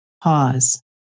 Pause